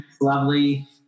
lovely